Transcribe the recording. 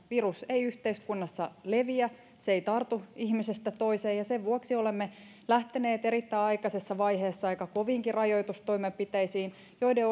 virus ei yhteiskunnassa leviä että se ei tartu ihmisestä toiseen ja sen vuoksi olemme lähteneet erittäin aikaisessa vaiheessa aika koviinkin rajoitustoimenpiteisiin joiden